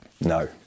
No